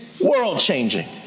world-changing